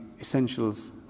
Essentials